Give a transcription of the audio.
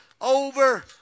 over